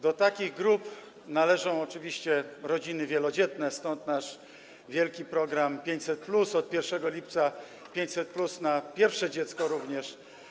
Do takich grup należą oczywiście rodziny wielodzietne, stąd nasz wielki program 500+, od 1 lipca 500+ na pierwsze dziecko również.